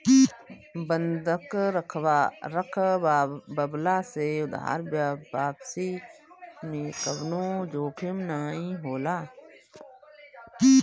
बंधक रखववला से उधार वापसी में कवनो जोखिम नाइ होला